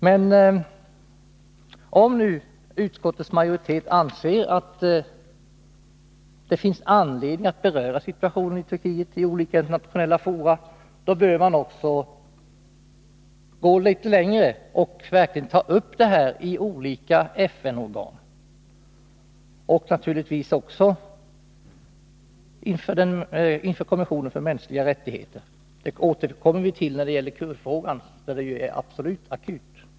Men om nu utskottets majoritet anser att det finns anledning att beröra situationen i Turkiet i olika internationella fora, så bör man också gå litet längre och verkligen ta upp frågan i olika FN-organ och naturligtvis också inför kommissionen för mänskliga rättigheter. Detta återkommer vi till när det gäller kurdfrågan, som ju är direkt akut.